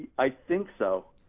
i think so,